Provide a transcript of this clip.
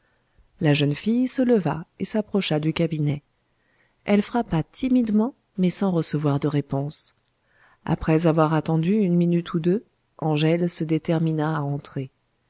la jeune fille se leva et s'approcha du cabinet elle frappa timidement mais sans recevoir de réponse après avoir attendu une minute ou deux angèle se détermina à entrer